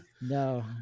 No